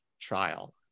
trial